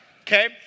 Okay